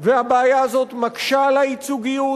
והבעיה הזאת מקשה על הייצוגיות